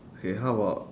okay how about